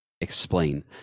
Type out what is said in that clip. explain